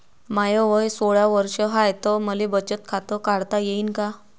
माय वय सोळा वर्ष हाय त मले बचत खात काढता येईन का?